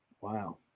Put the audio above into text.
Wow